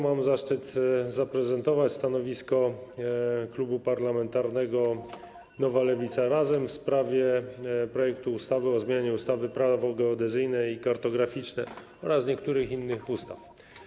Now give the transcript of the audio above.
Mam zaszczyt zaprezentować stanowisko klubu parlamentarnego Nowa Lewica - Razem w sprawie projektu ustawy o zmianie ustawy - Prawo geodezyjne i kartograficzne oraz niektórych innych ustaw.